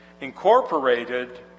incorporated